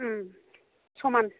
समान